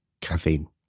caffeine